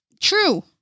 True